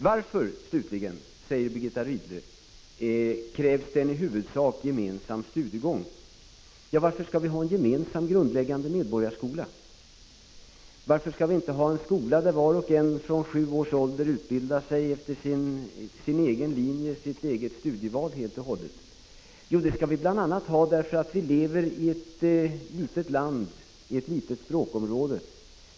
Varför, säger Birgitta Rydle, krävs en i huvudsak gemensam studiegång? Ja, varför skall vi ha en gemensam grundläggande medborgarskola? Varför skall vi inte ha en skola där var och en från sju års ålder utbildar sig efter sin egen linje, sitt eget studieval? Jo, bl.a. därför att vi lever i ett litet land, i ett litet språkområde.